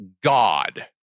god